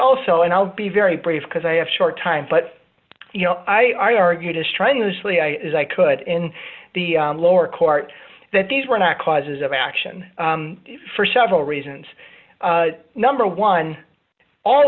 also and i'll be very brief because i have short time but you know i argued strenuously i as i could in the lower court that these were not causes of action for several reasons number one all